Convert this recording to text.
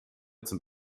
zum